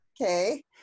okay